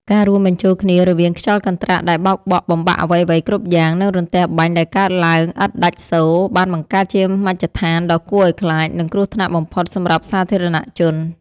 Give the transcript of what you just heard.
ការរួមបញ្ចូលគ្នារវាងខ្យល់កន្ត្រាក់ដែលបោកបក់បំបាក់អ្វីៗគ្រប់យ៉ាង និងរន្ទះបាញ់ដែលកើតឡើងឥតដាច់សូរ បានបង្កើតជាមជ្ឈដ្ឋានដ៏គួរឱ្យខ្លាច និងគ្រោះថ្នាក់បំផុតសម្រាប់សាធារណជន។